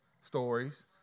stories